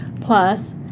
Plus